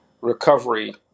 recovery